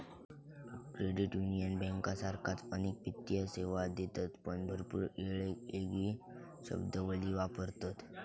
credit union बँकांसारखाच अनेक वित्तीय सेवा देतत पण भरपूर येळेक येगळी शब्दावली वापरतत